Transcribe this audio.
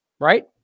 right